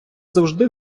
завжди